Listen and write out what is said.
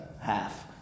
half